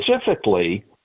specifically